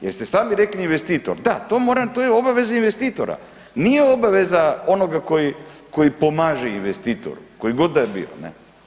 Jer ste sami rekli investitor, da, to mora, to je obaveza investitora, nije obaveza onoga koji pomaže investitoru koji god da je bio, ne.